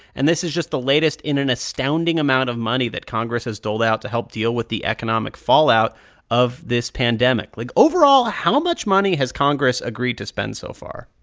and this is just the latest in an astounding amount of money that congress has doled out to help deal with the economic fallout of this pandemic. like overall, how much money has congress agreed to spend so far?